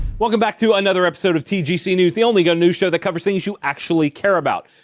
welcome back to another episode of tgc news, the only gun news show that covers things you actually care about,